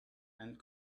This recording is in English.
and